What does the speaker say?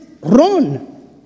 Run